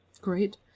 Great